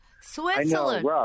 switzerland